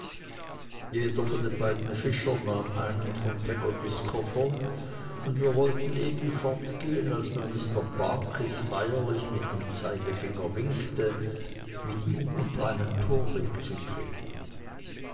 jeder von den beiden fischern nahm einen von peggottys koffern und wir wollten eben fortgehen als mir mr barkis feierlich mit dem zeigefinger winkte mit ihm unter einen tor weg zu treten